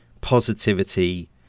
positivity